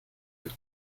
und